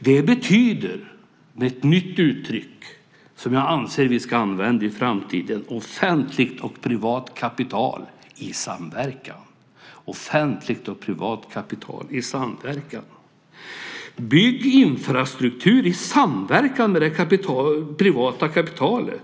Det betyder, med ett nytt uttryck som jag anser vi ska använda i framtiden, offentligt och privat kapital i samverkan. Bygg infrastruktur i samverkan med det privata kapitalet!